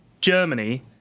Germany